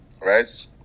right